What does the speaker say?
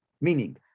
Meaning